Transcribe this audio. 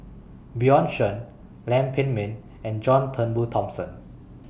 Bjorn Shen Lam Pin Min and John Turnbull Thomson